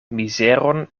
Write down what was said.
mizeron